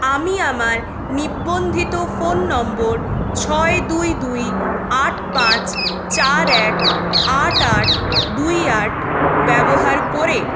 আমি আমার নিবন্ধিত ফোন নম্বর ছয় দুই দুই আট পাঁচ চার এক আট আট দুই আট ব্যবহার করে